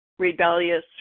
rebellious